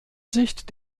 sicht